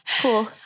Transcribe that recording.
Cool